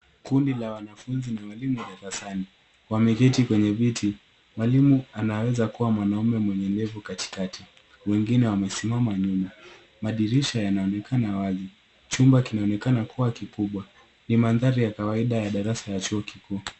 kundi la wanafunzi na wanafunzi darasani, wameketi kwenye viti. Mwalimu anaweza kuwa mwanaume mwenye ndevu katikati. Wengine wamisamama nyuma. Madirisha yanaonekana wazi. Chumba kinaonekana kuwa kikubwa. Ni mandhari ya kawaida ya darasa ya chuo kikuu.